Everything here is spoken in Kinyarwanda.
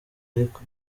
ariko